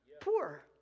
Poor